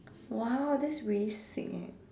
!wow! that's really sick eh